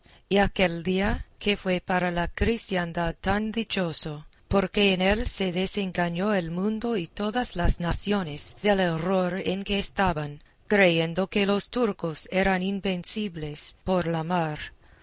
merecimientos y aquel día que fue para la cristiandad tan dichoso porque en él se desengañó el mundo y todas las naciones del error en que estaban creyendo que los turcos eran invencibles por la mar